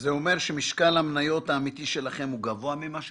זה אומר שמשקל המניות האמיתי שלכם הוא גבוה ממה שדווח?